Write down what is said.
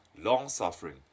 long-suffering